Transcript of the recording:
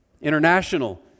International